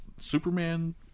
Superman